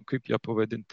kaip ją pavadint